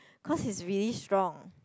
cause he's really strong